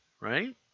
right